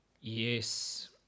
yes